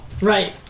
right